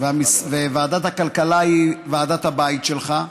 ועדת הכלכלה היא ועדת הבית שלך,